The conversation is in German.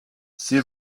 sie